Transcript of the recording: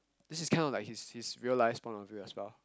this is kind of like his his real life point of view as well